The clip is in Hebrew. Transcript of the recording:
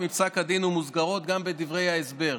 מפסק הדין ומוזכרות גם בדברי ההסבר,